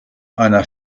einer